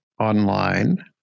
online